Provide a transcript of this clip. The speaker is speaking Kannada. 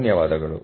ಧನ್ಯವಾದಗಳು